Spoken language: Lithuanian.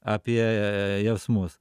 apie jausmus